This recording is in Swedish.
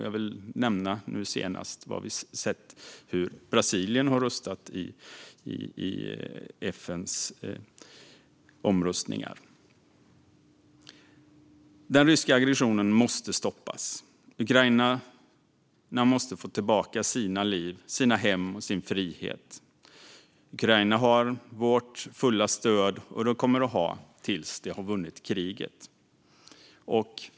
Jag vill nämna att vi nu senast sett hur Brasilien har röstat i FN:s omröstningar. Den ryska aggressionen måste stoppas. Ukrainarna måste få tillbaka sina liv, sina hem och sin frihet. Ukraina har vårt fulla stöd, och det kommer det att ha tills det har vunnit kriget.